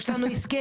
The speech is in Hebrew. יש לנו הסכם.